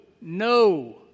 No